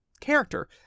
character